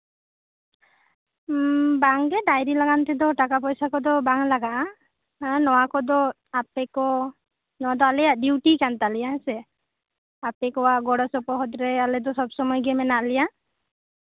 ᱵᱟᱝᱠᱮ diary ᱢᱟᱲᱟᱝ ᱛᱮᱫᱚ ᱴᱟᱠᱟ ᱯᱚᱭᱥᱟ ᱠᱚᱫᱚ ᱵᱟᱝ ᱞᱟᱜᱟᱜᱼᱟ ᱱᱚᱣᱟ ᱠᱚᱫᱚ ᱟᱯᱮ ᱠᱚ ᱟᱞᱮᱭᱟᱜ ᱰᱤᱭᱩᱴᱤ ᱠᱟᱱ ᱛᱟᱞᱮᱭᱟ ᱦᱮᱸᱥᱮ ᱟᱯᱮ ᱠᱚᱣᱟ ᱜᱚᱲᱚ ᱥᱚᱯᱚᱦᱚᱫᱨᱮ ᱟᱞᱮ ᱫᱚ ᱥᱚᱵ ᱥᱚᱢᱚᱭᱜᱮ ᱢᱮᱱᱟᱜ ᱞᱮᱭᱟ